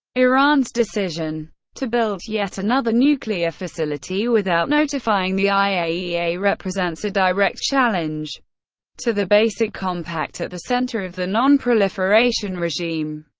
iran's decision to build yet another nuclear facility without notifying the iaea represents a direct challenge to the basic compact at the center of the non-proliferation regime.